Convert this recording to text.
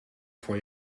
voor